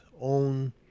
own